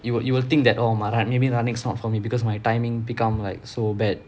you will you will think that orh my running maybe running's not for me because my timing become like so bad